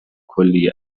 کلی